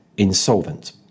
Insolvent